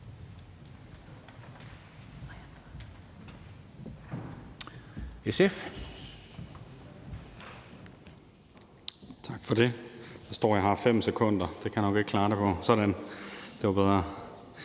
(SF): Tak for det. Der står, at jeg har 5 sekunder, men det kan jeg nok ikke klare det på. Sådan, det var bedre.